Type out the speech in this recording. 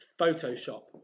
Photoshop